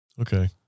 Okay